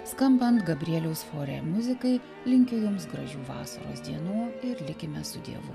skambant gabrieliaus fore muzikai linkiu jums gražių vasaros dienų ir likime su dievu